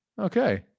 Okay